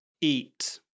eat